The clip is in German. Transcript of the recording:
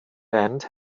band